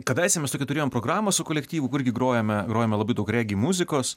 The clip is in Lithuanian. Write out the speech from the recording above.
kadaise mes tokią turėjom programą su kolektyvu kur irgi grojome grojome labai daug regi muzikos